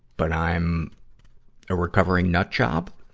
but i'm a recovering nut job,